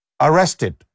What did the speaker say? arrested